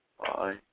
Bye